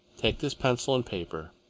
take this pencil and paper.